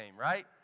right